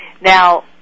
Now